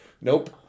Nope